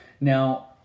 Now